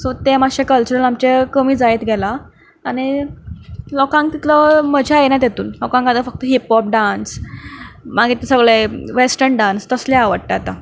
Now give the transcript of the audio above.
so तें मात्शें culture आमचें कमी जायत गेला आनी लोकांक तितली मजा येना तातूंत लोकांक आतां फकत हिपहॉप डांस मागीर सगळें वेस्टर्न डांस तसलें आवडटा आतां